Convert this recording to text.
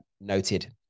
noted